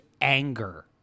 anger